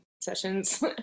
sessions